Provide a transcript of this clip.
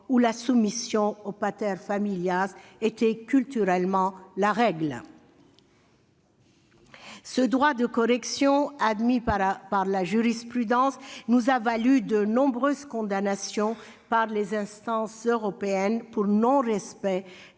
où la soumission au était culturellement la règle. Ce « droit de correction », admis par la jurisprudence, nous a valu de nombreuses condamnations par les instances européennes pour non-respect